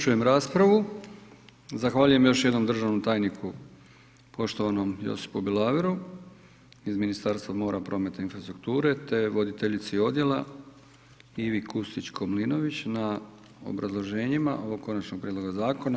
Zaključujem raspravu. zahvaljujem još jednom državnom tajniku poštovanom Josipu Bilaveru iz Ministarstva mora, prometa i infrastrukture te voditeljici odjela Ivi Kustić Komlinović na obrazloženjima ovog konačnog prijedloga zakona.